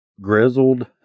grizzled